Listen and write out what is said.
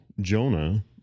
Jonah